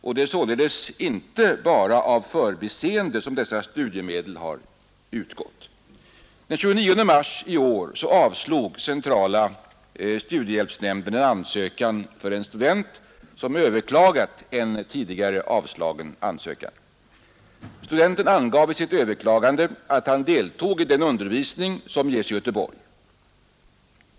Det är således inte bara av förbiseende som dessa studiemedel har utgått. Den 29 mars i år avslog centrala studiehjälpsnämnden en ansökan från en student som överklagat en tidigare avslagen ansökan. Studenten angav i sitt överklagande att han deltog i den utbildning som ges i Göteborg.